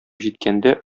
җиткәндә